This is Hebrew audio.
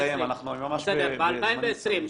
ב-2020.